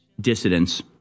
dissidents